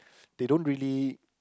they don't really